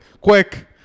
quick